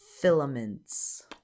filaments